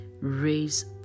raise